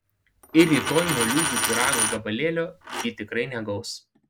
ir rytoj moliūgų pyrago gabalėlio ji tikrai negaus